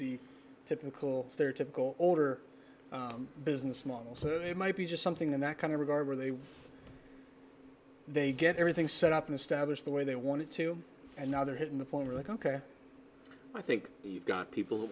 the typical stereotypical older business model so it might be just something that kind of regard with a they get everything set up in established the way they wanted to and now they're hitting the former like ok i think you've got people who